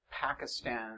Pakistan